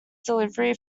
delivery